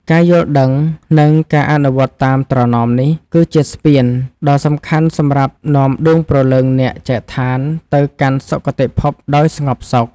ការយល់ដឹង និងការអនុវត្តតាមត្រណមនេះ គឺជាស្ពានដ៏សំខាន់សម្រាប់នាំដួងព្រលឹងអ្នកចែកឋានទៅកាន់សុគតិភពដោយស្ងប់សុខ។